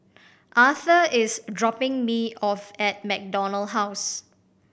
Arthur is dropping me off at MacDonald House